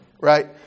right